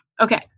Okay